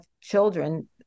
children